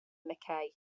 mackay